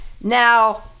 Now